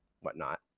whatnot